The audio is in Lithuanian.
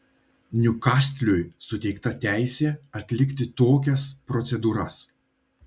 niukastliui suteikta teisė atlikti tokias procedūras